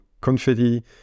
Confetti